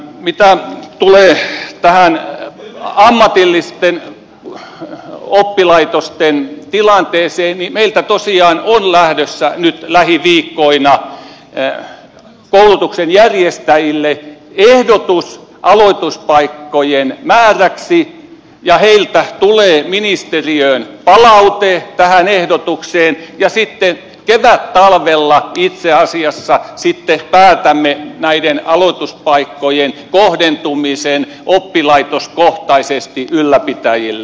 mitä tulee tähän ammatillisten oppilaitosten tilanteeseen niin meiltä tosiaan on lähdössä nyt lähiviikkoina koulutuksen järjestäjille ehdotus aloituspaikkojen määräksi ja heiltä tulee ministeriöön palaute tähän ehdotukseen ja sitten kevättalvella itse asiassa päätämme näiden aloituspaikkojen kohdentumisen oppilaitoskohtaisesti ylläpitäjille